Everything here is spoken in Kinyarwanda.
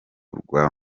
rwa